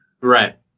Right